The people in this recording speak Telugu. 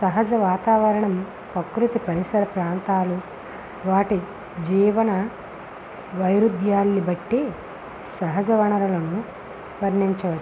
సహజ వాతావరణం ప్రకృతి పరిసర ప్రాంతాలు వాటి జీవన వైరుధ్యాల్ని బట్టి సహజ వనరులను వర్ణించవచ్చు